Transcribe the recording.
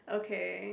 okay